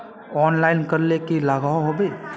Online करले की लागोहो होबे?